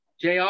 Jr